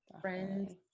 Friends